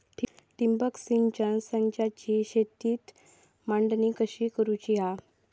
ठिबक सिंचन संचाची शेतात मांडणी कशी करुची हा?